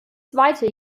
zweite